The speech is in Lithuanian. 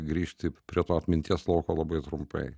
grįžti prie to atminties lauko labai trumpai